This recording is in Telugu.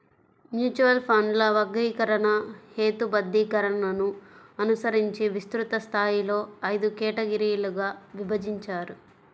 మ్యూచువల్ ఫండ్ల వర్గీకరణ, హేతుబద్ధీకరణను అనుసరించి విస్తృత స్థాయిలో ఐదు కేటగిరీలుగా విభజించారు